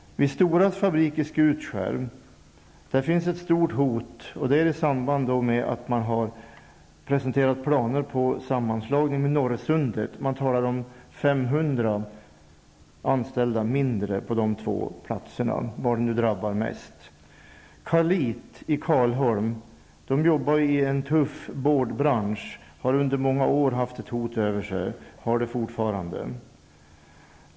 Vid Storas fabrik i Skutskär finns ett stort hot i samband med att planer presenterats om sammanslagning med Norrsundet. Man talar om minst 500 anställda mindre på de orterna -- var det nu drabbar mest. Karlit i Karlholm arbetar i den tuffa boardbranschen och har under många år haft ett hot över sig, och det har man fortfarande.